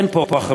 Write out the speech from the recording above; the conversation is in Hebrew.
אין פה רחמים.